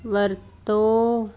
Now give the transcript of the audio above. ਵਰਤੋਂ